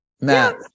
Matt